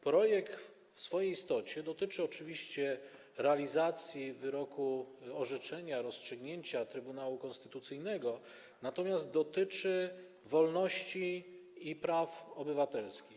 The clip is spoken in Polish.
Projekt w swojej istocie dotyczy oczywiście realizacji wyroku, orzeczenia, rozstrzygnięcia Trybunału Konstytucyjnego, natomiast dotyczy wolności i praw obywatelskich.